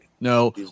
No